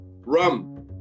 Rum